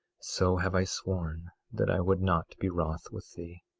so have i sworn that i would not be wroth with thee.